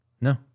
No